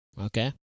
Okay